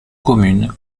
commune